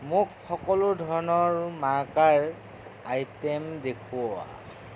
মোক সকলো ধৰণৰ মাৰ্কাৰ আইটে'ম দেখুওৱা